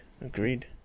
agreed